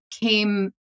came